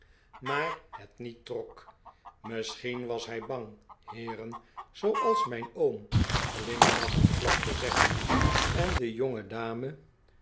maar het niet trok misschien was hij bang heeren zooals mijn oom glimiaehend placht te zeggen de